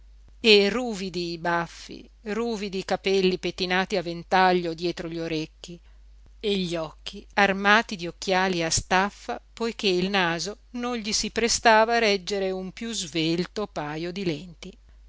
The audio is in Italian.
e ruvidi i baffi ruvidi i capelli pettinati a ventaglio dietro gli orecchi e gli occhi armati di occhiali a staffa poiché il naso non gli si prestava a reggere un piú svelto pajo di lenti